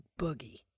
boogie